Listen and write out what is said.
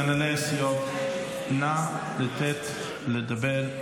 נא לתת לדבר.